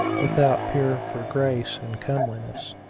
without peer for grace and comeliness.